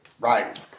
right